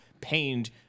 pained